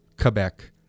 Quebec